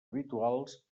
habituals